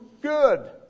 good